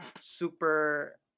super